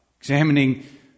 examining